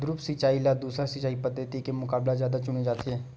द्रप्स सिंचाई ला दूसर सिंचाई पद्धिति के मुकाबला जादा चुने जाथे